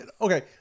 okay